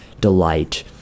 delight